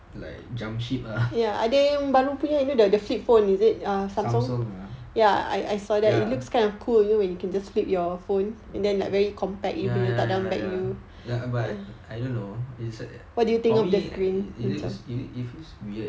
like jump ship lah samsung ah ya ya ya ya ya ya but I don't know is for me it looks it feels weird